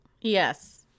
Yes